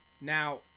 Now